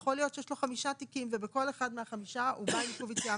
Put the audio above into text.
יכול להיות שיש לו חמישה תיקים ובכל אחד מהחמישה הוא בעל עיכוב יציאה